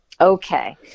Okay